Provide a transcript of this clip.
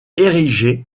érigé